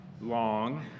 long